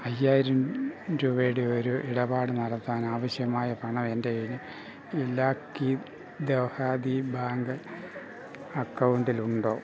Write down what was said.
അയ്യായിരം രൂപയുടെ ഒരു ഇടപാട് നടത്താൻ ആവശ്യമായ പണം എൻ്റെ ഇലാക്കി ദെഹാതി ബാങ്ക് അക്കൗണ്ടിൽ ഉണ്ടോ